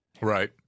Right